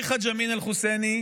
מחאג' אמין אל-חוסייני,